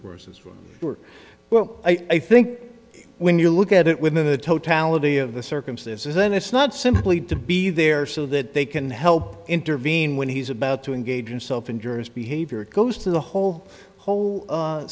courses work well i think when you look at it within the totality of the circumstances then it's not simply to be there so that they can help intervene when he's about to engage in self injures behavior it goes to the whole whole